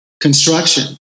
construction